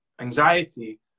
anxiety